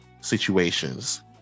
situations